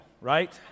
right